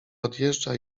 odjeżdża